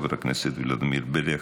חבר הכנסת ולדימיר בליאק,